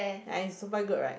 ya it's super good right